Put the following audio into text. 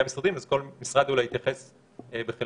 המשרדים כל משרד אולי יתייחס בחלקו,